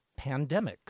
pandemics